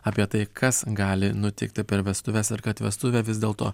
apie tai kas gali nutikti per vestuves ar kad vestuvė vis dėl to